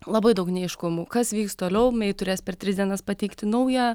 labai daug neaiškumų kas vyks toliau mei turės per tris dienas pateikti naują